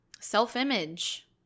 self-image